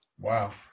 Wow